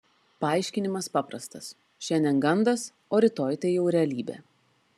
paaiškinimas paprastas šiandien gandas o rytoj tai jau realybė